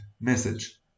message